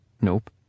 Nope